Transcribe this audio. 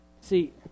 See